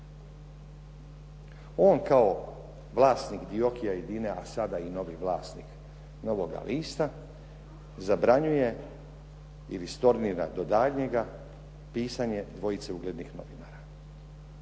On kao vlasnik "Diokia" i "Dine" a sada i novi vlasnik "Novoga lista" zabranjuje ili stornira do daljnjega pisanje dvojice uglednih novinara.